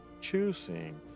choosing